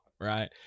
right